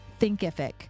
thinkific